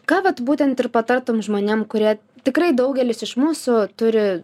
ką vat būtent ir patartum žmonėm kurie tikrai daugelis iš mūsų turi